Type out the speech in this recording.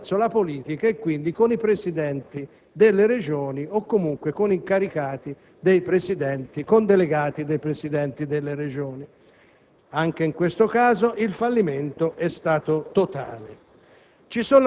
ricorso alla politica, quindi con i presidenti delle Regioni o comunque con delegati dei presidenti delle Regioni. Anche in quel caso, il fallimento fu totale.